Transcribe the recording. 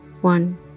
one